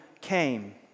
came